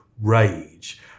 rage